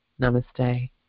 Namaste